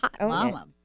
mama